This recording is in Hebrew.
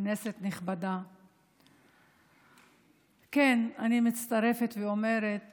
כנסת נכבדה, כן, אני מצטרפת ואומרת